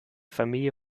familie